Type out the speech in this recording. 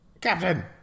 Captain